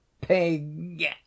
pig